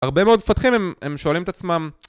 הרבה מאוד מפתחים הם שואלים את עצמם